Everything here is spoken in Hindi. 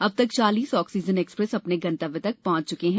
अब तक चालीस ऑक्सीजन एक्सप्रेस अपने गंतव्य तक पहुँच चुकी हैं